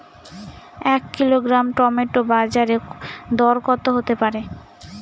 এক kilogram tomato বাজের দরকত হতে পারে?